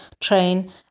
train